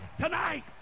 tonight